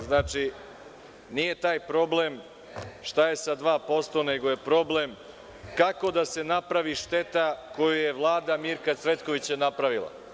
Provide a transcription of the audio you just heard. Znači, nije taj problem šta je sa 2%, nego je problem kako da se napravi šteta koju je Vlada Mirka Cvetkovića napravila.